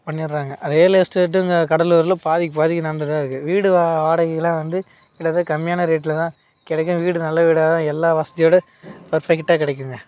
பண்ணிடுறாங்க real estate இங்கே கடலூரில் பாதிக்குப் பாதிக்கு நடந்துகிட்டு தான் இருக்குது வீடு வாடகையெல்லாம் வந்து கிட்டத்தட்ட கம்மியான ரேட்டில் தான் வீடு நல்ல வீடாகதான் எல்லா வசதியோடு பர்ஃபெக்ட்டாக கிடைக்குங்க